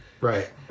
Right